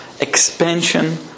expansion